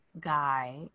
guy